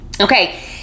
okay